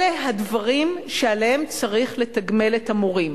אלה הדברים שעליהם צריך לתגמל את המורים.